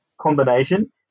combination